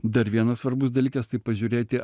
dar vienas svarbus dalykas tai pažiūrėti